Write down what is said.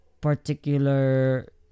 particular